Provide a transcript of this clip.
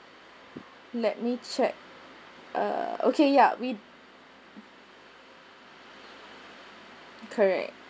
let me check ah okay ya we correct